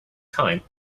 time